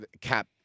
cap